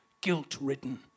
guilt-ridden